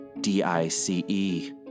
D-I-C-E